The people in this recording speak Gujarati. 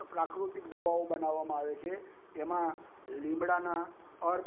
પ્રાકૃતિક દવાઓ બનાવામાં આવે છે એમાં લીમડાના અર્ક